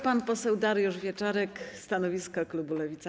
Pan poseł Dariusz Wieczorek, stanowisko klubu Lewica.